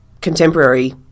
contemporary